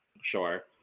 sure